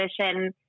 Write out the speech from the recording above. position